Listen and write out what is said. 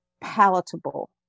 palatable